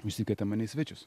užsikvietė mane į svečius